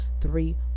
three